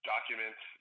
Documents